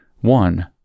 one